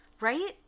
Right